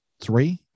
three